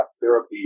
therapy